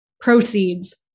proceeds